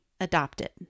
Adopted